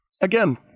Again